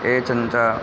एवञ्च